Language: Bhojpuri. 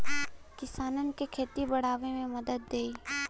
किसानन के खेती बड़ावे मे मदद देई